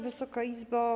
Wysoka Izbo!